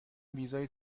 ویزای